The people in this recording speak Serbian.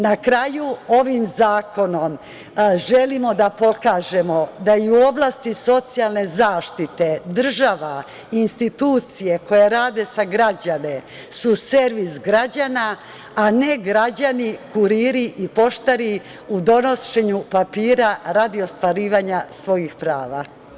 Na kraju, ovim zakonom želimo da pokažemo da i u oblasti socijalne zaštite država i institucije koje rade za građane su servis građana, a ne građani kuriri i poštari u donošenju papira radi ostvarivanja svojih prava.